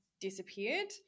disappeared